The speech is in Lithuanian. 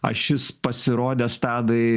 ašis pasirodęs tadai